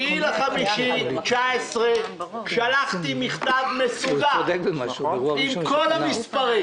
ב-7 במאי 2019 שלחתי מכתב מסודר עם כל המספרים.